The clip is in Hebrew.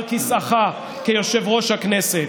על כיסאך כיושב-ראש הכנסת.